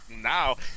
now